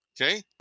Okay